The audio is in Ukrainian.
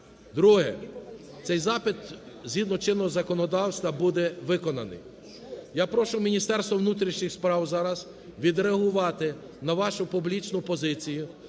Друге. Цей запит згідно чинного законодавства буде виконаний. Я прошу Міністерство внутрішніх справ зараз відреагувати на вашу публічну позицію